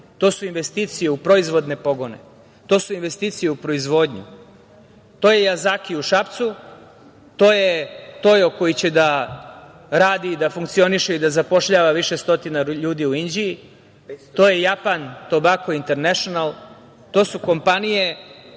to su investicije u proizvodnje pogone, to su investicije u proizvodnji, to je "Yazaki" u Šapcu, to je „Toyo tires“ koji će da radi i da funkcioniše i da zapošljava više stotina ljudi u Inđiji, to je Japan Tobacco international, to su kompanije